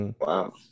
Wow